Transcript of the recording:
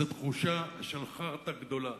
זו תחושה של חארטה גדולה.